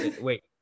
Wait